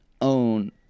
own